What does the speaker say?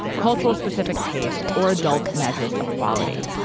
cultural-specific taste, or adult measures of quality.